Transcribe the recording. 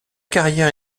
carrière